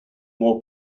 more